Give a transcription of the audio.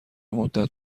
مدت